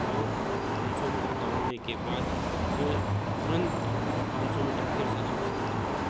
और पाँच सौ मीटर दौड़ने के बाद मैं तुरंत पाँच सौ मीटर फिर से दौड़ सकता हूँ